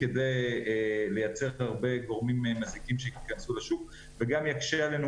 כדי לייצר הרבה גורמים מזיקים שייכנסו לשוק וגם יקשה עלינו